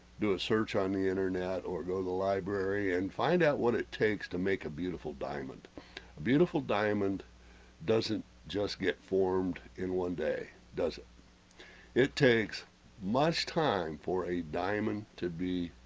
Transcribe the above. do a search on the internet or go to the library and find out what it takes to make a beautiful diamond a beautiful diamond doesn't just get formed in one day does it it takes much time for a diamond to be